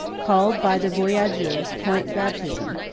called by the voyageurs point baptism,